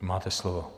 Máte slovo.